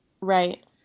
Right